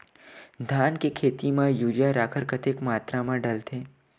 धान के खेती म यूरिया राखर कतेक मात्रा म डलथे?